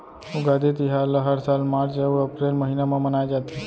उगादी तिहार ल हर साल मार्च अउ अपरेल महिना म मनाए जाथे